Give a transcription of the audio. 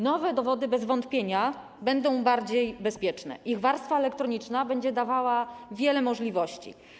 Nowe dowody bez wątpienia będą bardziej bezpieczne, ich warstwa elektroniczna będzie dawała wiele możliwości.